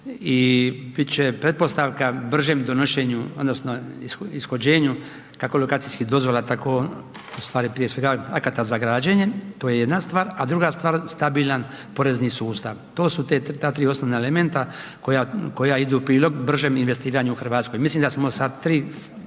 i bit će pretpostavka bržem donošenju odnosno ishođenju kako lokacijskih dozvola, tako u stvari prije svega akata za građenje, to je jedna stvar, a druga stvar, stabilan porezni sustav, to su ta 3 osnovna elementa koja idu u prilog bržem investiranju u RH. Mislim da smo sa 3